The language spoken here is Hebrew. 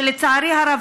שלצערי הרב,